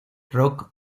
rock